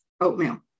oatmeal